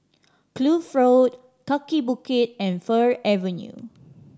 Kloof Road Kaki Bukit and Fir Avenue